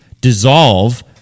dissolve